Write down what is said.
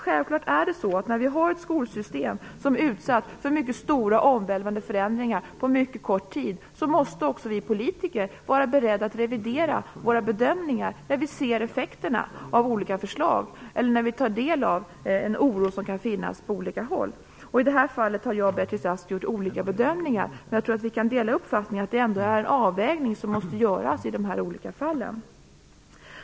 När vi har ett skolsystem som utsatts för mycket stora och omvälvande förändringar på mycket kort tid måste självklart också vi politiker vara beredda att revidera våra bedömningar när vi ser effekterna av olika förslag, eller när vi tar del av den oro som kan finnas på olika håll. I det här fallet har Beatrice Ask och jag gjort olika bedömningar, men jag tror att vi kan dela uppfattningen att det ändå måste göras en avvägning i de här olika fallen.